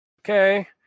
Okay